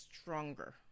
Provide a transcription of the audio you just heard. stronger